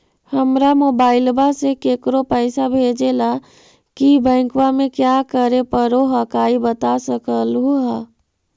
हमरा मोबाइलवा से केकरो पैसा भेजे ला की बैंकवा में क्या करे परो हकाई बता सकलुहा?